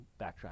backtrack